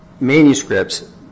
manuscripts